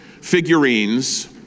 figurines